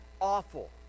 awful